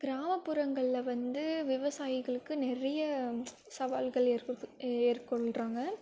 கிராமப்புறங்களில் வந்து விவசாயிகளுக்கு நிறைய சவால்கள் ஏற்கொள்ளுது ஏற்கொள்கிறாங்க